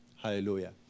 Hallelujah